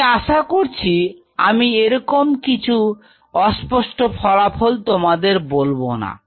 আমি আশা করছি আমি এরকম কিছু অস্পষ্ট ফলাফল তোমাদের বলবো না